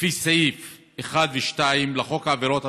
לפי סעיף 1 ו-2 לחוק העבירות המינהליות,